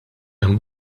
hemm